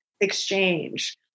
exchange